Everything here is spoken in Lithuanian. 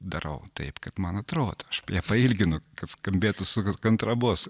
darau taip kaip man atrodo aš nepailginu kad skambėtų su kontrabosu